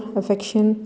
affection